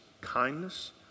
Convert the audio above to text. kindness